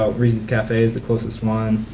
ah reese's cafe is the closest one.